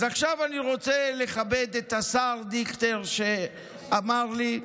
אז עכשיו אני רוצה לכבד את השר דיכטר, שאמר לי: